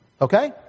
Okay